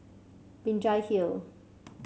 Binjai Hill